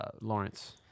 Lawrence